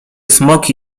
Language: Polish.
smoki